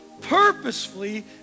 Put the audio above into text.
purposefully